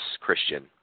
Christian